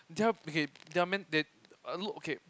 they are okay they are meant they look okay